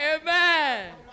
Amen